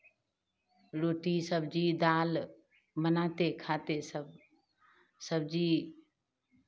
रोटी सब्जी दाल बनाते खाते सब सब्जी